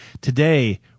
Today